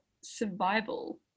survival